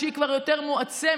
כשהיא כבר יותר מועצמת,